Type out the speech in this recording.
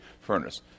furnace